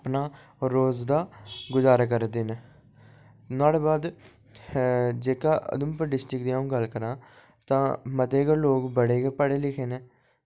अपना रोज दा गुजारा करदे न नुहाड़े बाद जेह्का उधमपुर डिस्ट्रिक्ट दी अ'ऊं गल्ल करां तां मते गै लोग बड़े पढ़े लिखे दे न